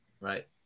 Right